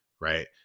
right